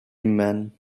mann